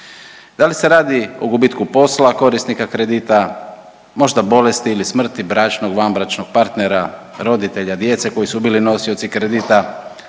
da li se radi o gubitku posla korisnika kredita, možda bolesti ili smrti bračnog, vanbračnog partnera, roditelja, djece koji su bili nosioci kredita,